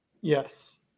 Yes